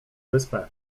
wyspę